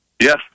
Yes